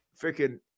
freaking